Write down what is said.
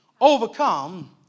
overcome